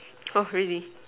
oh really